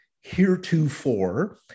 heretofore